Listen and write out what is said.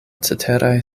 ceteraj